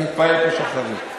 אתה תתפלל את השחרית.